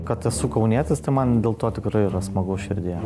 kad esu kaunietis tai man dėl to tikrai yra smagu širdyje